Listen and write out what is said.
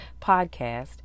podcast